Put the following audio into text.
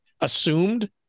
assumed